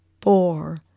four